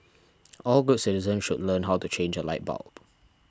all good citizens should learn how to change a light bulb